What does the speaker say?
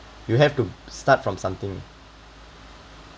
you have to start from something